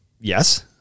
Yes